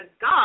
God